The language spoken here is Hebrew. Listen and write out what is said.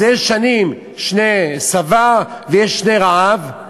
אז יש שנים שהן שני שבע ויש שני רעב.